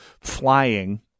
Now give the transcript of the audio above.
flying